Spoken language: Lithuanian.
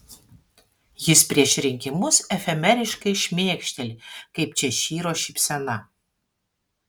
jis prieš rinkimus efemeriškai šmėkšteli kaip češyro šypsena